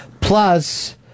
Plus